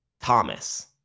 Thomas